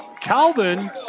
Calvin